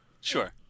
Sure